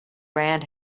band